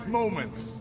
moments